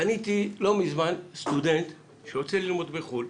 פניתי לא מזמן לגבי סטודנט שרוצה ללמוד בחו"ל,